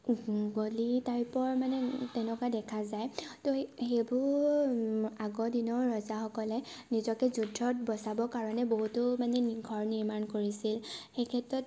গলি টাইপৰ মানে তেনেকুৱা দেখা যায় ত' সেইবোৰ আগৰ দিনৰ ৰজাসকলে নিজকে যুদ্ধত বচাবৰ কাৰণে বহুতো মানে ঘৰ নিৰ্মাণ কৰিছিল সেই ক্ষেত্ৰত